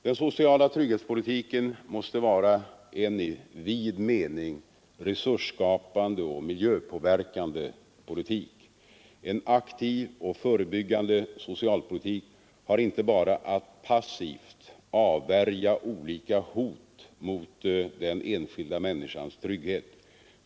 Den sociala trygghetspolitiken måste vara en i vid mening resursskapande och miljöpåverkande politik. En aktiv och förebyggande socialpolitik har inte bara att passivt avvärja olika hot mot den enskilda människans trygghet.